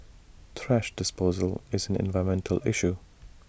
thrash disposal is an environmental issue